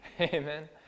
Amen